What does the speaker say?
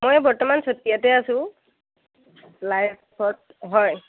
মই বৰ্তমান চতিয়াতে আছোঁ লাইফত হয়